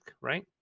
right